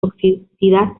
toxicidad